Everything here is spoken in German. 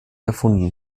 erfunden